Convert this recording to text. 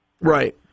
Right